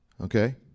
Okay